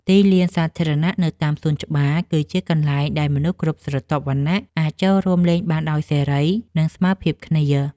ទីលានសាធារណៈនៅតាមសួនច្បារ គឺជាកន្លែងដែលមនុស្សគ្រប់ស្រទាប់វណ្ណៈអាចចូលរួមលេងបានដោយសេរី និងស្មើភាពគ្នា។